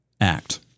act